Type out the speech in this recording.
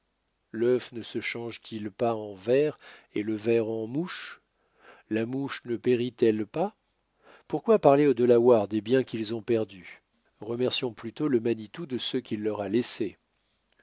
l'œuf ne se change t il pas en ver et le ver en mouche la mouche ne périt elle pas pourquoi parler aux delawares des biens qu'ils ont perdus remercions plutôt le manitou de ceux qu'il leur a laissés